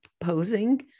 posing